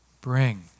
Bring